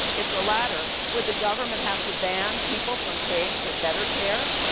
if the latter, would the government have to ban people from paying for better care,